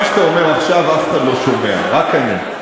מה שאתה אומר עכשיו אף אחד לא שומע, רק אני.